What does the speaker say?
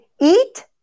eat